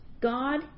God